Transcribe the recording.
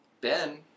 Ben